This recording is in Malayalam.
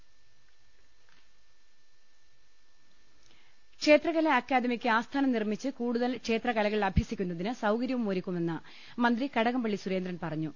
രുട്ട്ട്ട്ട്ട്ട്ട്ട്ട ക്ഷേത്രകലാ അക്കാദമിക്ക് ആസ്ഥാനം നിർമ്മിച്ച് കൂടുതൽ ക്ഷേത്രകലകൾ അഭ്യസിക്കുന്നതിന് സൌകര്യവുമൊരുക്കുമെന്ന് മന്ത്രി കടകംപള്ളി സുരേന്ദ്രൻ പറഞ്ഞു